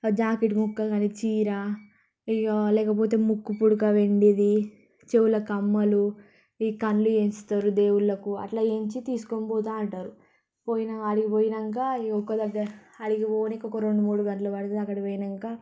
jacket ముక్క కానీ చీరా ఇక లేకపోతే ముక్కుపుడక వెండిది చెవుల కమ్మలూ ఈ కళ్ళు చేయిస్తారు దేవుళ్ళకు అట్లా వేయించి తీసుకొనిపోతూ ఉంటారు పోయినా ఆడికి పోయాక ఈ ఒక దగ్గర ఆడికి పోనికి ఒక రెండు మూడు గంటలు పడుతుంది అక్కడికి పోయాక